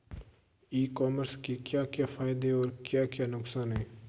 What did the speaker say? ई commerce के क्या क्या फायदे और क्या क्या नुकसान है?